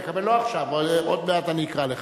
תקבל, לא עכשיו, עוד מעט אני אקרא לך.